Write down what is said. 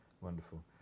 Wonderful